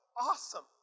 awesome